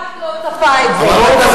גם מובארק לא צפה את זה.